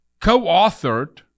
co-authored